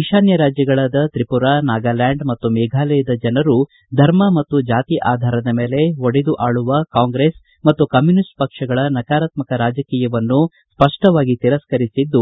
ಈಶಾನ್ಯ ರಾಜ್ಯಗಳಾದ ತ್ರಿಪುರಾ ನಾಗಾಲ್ಕಾಂಡ್ ಮತ್ತು ಮೇಘಾಲಯದ ಜನರು ಧರ್ಮ ಮತ್ತು ಜಾತಿ ಆಧಾರದ ಮೇಲೆ ಒಡೆದು ಆಳುವ ಕಾಂಗ್ರೆಸ್ ಮತ್ತು ಕಮ್ಯುನಿಷ್ಟ್ ಪಕ್ಷಗಳ ನಕಾರಾತ್ಮಕ ರಾಜಕೀಯವನ್ನು ಸ್ಪಷ್ಟವಾಗಿ ತಿರಸ್ಕರಿಸಿದ್ದು